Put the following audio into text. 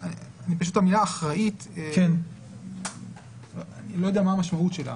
המילה אחראית, אני לא יודע מה המשמעות שלה.